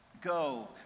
Go